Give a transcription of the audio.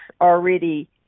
already